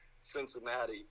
Cincinnati